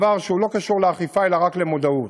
דבר שהוא לא קשור לאכיפה אלא רק למודעות: